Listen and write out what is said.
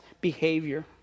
behavior